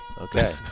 okay